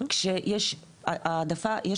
כשיש העדפה,